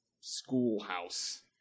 schoolhouse